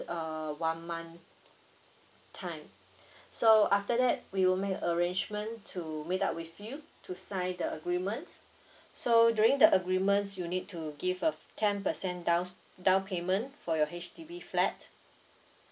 uh one month time so after that we will make arrangement to made up with you to sign the agreements so during the agreements you need to give a ten percent down down payment for your H_D_B flat